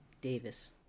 Davis